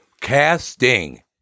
casting